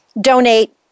donate